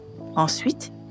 Ensuite